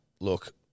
Look